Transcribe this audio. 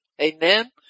Amen